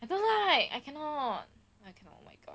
I don't like I cannot I cannot oh my god